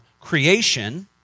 creation